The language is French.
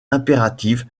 impérative